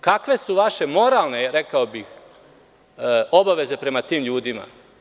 Kakve su vaše moralne, rekao bih, obaveze prema tim ljudima?